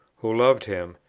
who loved him,